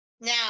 now